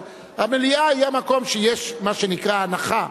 המליאה היא המקום שבו יש מה שנקרא הנחה,